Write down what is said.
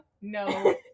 no